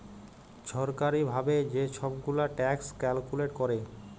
ছরকারি ভাবে যে ছব গুলা ট্যাক্স ক্যালকুলেট ক্যরে